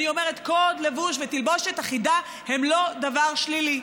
אני אומרת: קוד לבוש ותלבושת אחידה הם לא דבר שלילי.